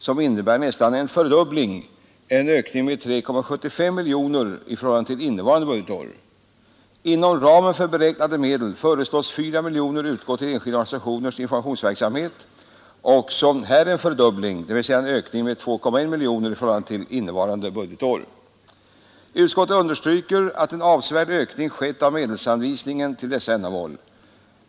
Det innebär nästan en fördubbling eller en ökning med 3,75 miljoner kronor i förhållande till innevarande budgetår. Inom ramen för beräknade medel föreslås 4 miljoner kronor utgå till enskilda organisationers informationsverksamhet, också här en fördubbling eller en ökning med 2,1 miljoner kronor i förhållande till innevarande budgetår. Utskottet understryker att en avsevärd ökning skett av medelsanvisningen till dessa ändamål.